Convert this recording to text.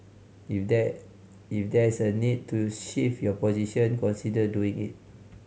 if there if there's a need to shift your position consider doing it